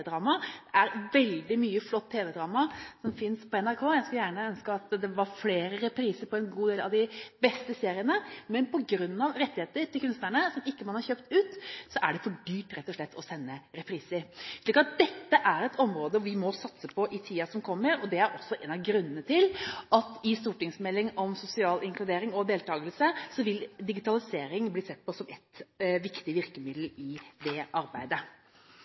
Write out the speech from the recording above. veldig mye flott tv-drama som finnes på NRK. Jeg skulle ønske at det var flere repriser på en god del av de beste seriene, men på grunn av rettigheter til kunstnerne, som man ikke har kjøpe ut, er det rett og slett for dyrt å sende repriser. Dette er et område vi må satse på i tiden som kommer. Det er også en av grunnene til at i stortingsmelding om sosial inkludering og deltakelse vil digitalisering bli sett på som et viktig virkemiddel i dette arbeidet.